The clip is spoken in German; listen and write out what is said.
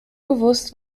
gewusst